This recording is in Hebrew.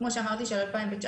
כמו ב-2019,